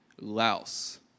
Laos